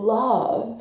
love